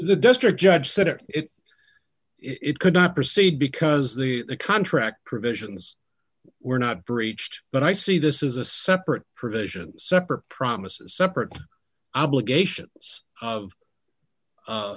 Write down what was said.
the district judge said that it could not proceed because the contract provisions were not breached but i see this is a separate provision separate promises separate obligations of